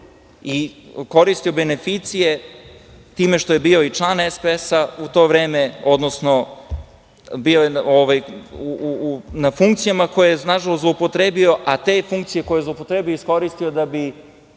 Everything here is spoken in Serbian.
koristio beneficije time što je bio i član SPS-a u to vreme, odnosno bio je na funkcijama koje je nažalost zloupotrebio, a te funkcije koje je zloupotrebio je iskoristio da bi